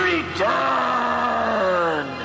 Return